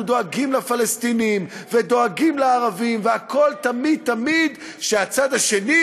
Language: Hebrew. דואגים לפלסטינים ודואגים לערבים והכול תמיד תמיד שהצד השני,